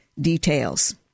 details